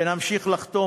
ונמשיך לחתום,